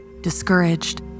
Discouraged